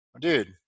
dude